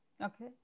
Okay